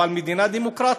אבל מדינה דמוקרטית.